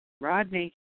Rodney